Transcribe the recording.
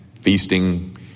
feasting